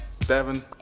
Devin